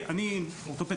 אני אורתופד,